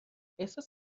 احساس